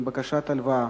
עם בקשת הלוואה,